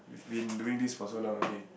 been doing this for so long okay